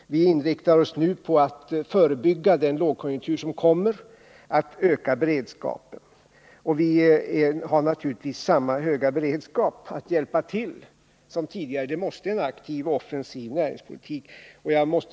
Vi inriktar oss på att förebygga den lågkonjunktur som kommer och öka beredskapen. Vi har naturligtvis samma höga beredskap att hjälpa till som tidigare det måste man ha i en aktiv och offensiv näringspolitik.